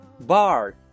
Bar